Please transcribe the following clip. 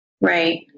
Right